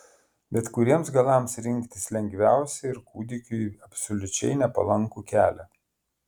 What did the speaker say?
bet kuriems galams rinktis lengviausia ir kūdikiui absoliučiai nepalankų kelią